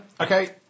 Okay